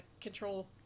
control